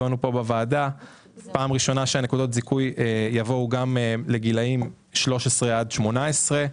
הפעם הראשונה שנקודות הזיכוי יינתנו גם לגילאי 13 עד 18,